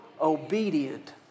obedient